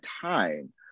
time